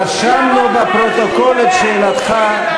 רשמנו בפרוטוקול את שאלתך.